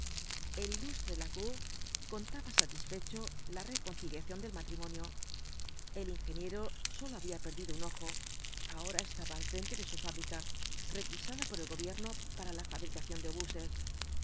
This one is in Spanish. el ilustre lacour contaba satisfecho la reconciliación del matrimonio el ingeniero sólo había perdido un ojo ahora estaba al frente de su fábrica requisada por el gobierno para la fabricación de obuses